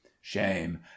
shame